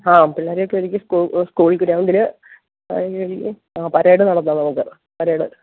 ആ പിള്ളേരേയൊക്കെ ഒരുക്കി സ്കൂൾ സ്കൂൾ ഗ്രൗണ്ടില് ആ പരേഡ് നടത്താം നമുക്ക് പരേഡ് ഗ്രൗണ്ടിൽ